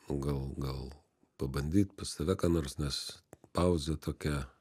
o gal gal pabandyt pas tave ką nors nes pauzė tokia